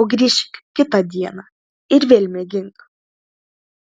o grįžk kitą dieną ir vėl mėgink